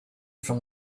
from